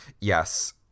Yes